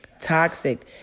Toxic